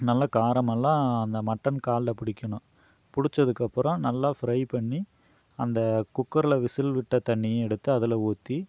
நல்லா காரமெல்லாம் அந்த மட்டன் கால்ல பிடிக்கணும் பிடிச்சதுக்கப்பறம் நல்லா ஃப்ரை பண்ணி அந்த குக்கரில் விசில் விட்ட தண்ணியை எடுத்து அதில் ஊற்றி